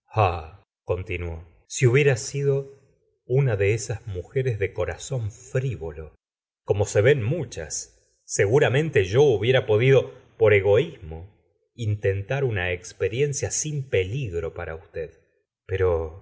dijo ah continuó si hubiera sido una de esas mujeres de corazón frívolo como se ven muchas seguramente yo hubiera podido por egoísmo intentar una experiencia sin peligro para usted pero